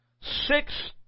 six